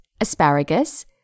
asparagus